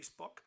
facebook